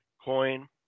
coin